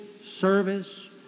service